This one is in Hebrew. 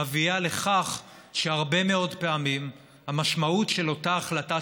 מביאה לכך שהרבה מאוד פעמים המשמעות של אותה החלטה